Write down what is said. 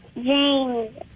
James